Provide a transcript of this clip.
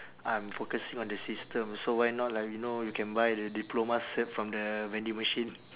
I'm focusing on the system so why not like you know you can buy the diploma cert from the vending machine